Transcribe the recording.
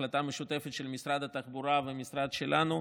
החלטה משותפת של משרד התחבורה והמשרד שלנו,